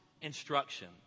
instruction